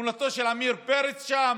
תמונתו של עמיר פרץ שם.